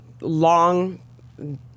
long